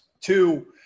Two